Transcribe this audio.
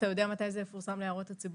אתה יודע מתי זה יפורסם להערות הציבור?